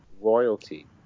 royalty